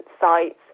sites